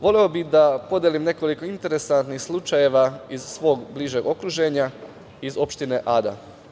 Voleo bih da podelim nekoliko interesantnih slučajeva iz svog bližeg okruženja iz opština Ada.